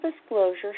disclosure